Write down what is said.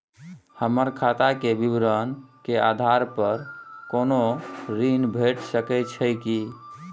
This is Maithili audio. हमर खाता के विवरण के आधार प कोनो ऋण भेट सकै छै की?